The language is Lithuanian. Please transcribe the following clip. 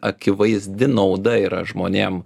akivaizdi nauda yra žmonėm